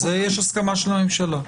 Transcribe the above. יש הסכמה של הממשלה.